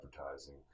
advertising